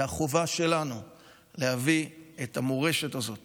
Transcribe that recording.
החובה שלנו היא להביא את המורשת הזאת